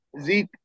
Zeke